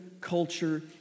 culture